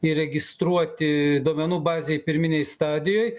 įregistruoti duomenų bazėj pirminėj stadijoj